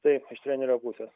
taip iš trenerio pusės